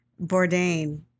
Bourdain